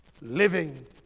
living